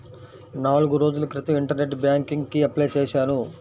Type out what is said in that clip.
నాల్గు రోజుల క్రితం ఇంటర్నెట్ బ్యేంకింగ్ కి అప్లై చేశాను